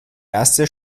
erste